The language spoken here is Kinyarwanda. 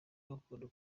gakondo